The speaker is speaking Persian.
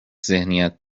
ذهنیت